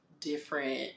different